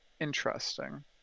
interesting